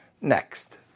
next